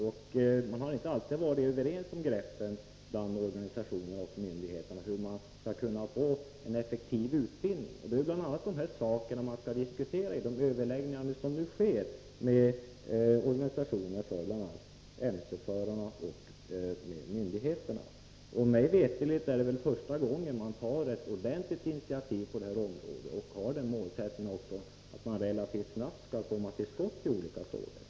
Organisationerna och myndigheterna har inte alltid varit överens om vilka grepp som måste tas för att man skall kunna få till stånd en effektiv utbildning. Det är t.ex. dessa saker som skall diskuteras i de överläggningar som nu sker med bl.a. MC-förarnas organisationer och myndigheterna. Mig veterligt är det första gången som man har tagit ett ordentligt initiativ på detta område. Målsättningen är också att man relativt snabbt skall komma till skott i olika frågor.